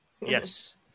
Yes